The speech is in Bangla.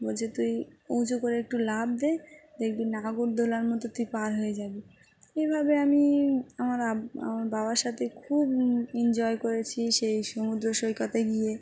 বলছে তুই উঁচু করে একটু লাফ দে দেখবি নাগরদোলার মতো তুই পার হয়ে যাবি এভাবে আমি আমার আব্বা আমার বাবার সাথে খুব এনজয় করেছি সেই সমুদ্র সৈকতে গিয়ে